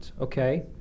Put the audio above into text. Okay